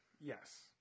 Yes